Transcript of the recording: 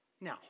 Now